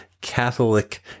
Catholic